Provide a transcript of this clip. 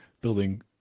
building